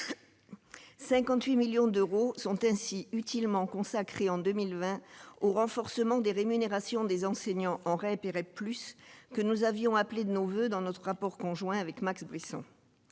58 millions d'euros sont ainsi utilement consacré en 2020 au renforcement des rémunérations des enseignants, on respirait plus que nous avions appelé de nos voeux dans notre rapport conjoint avec Max Brisson,